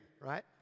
right